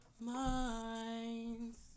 minds